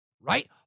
Right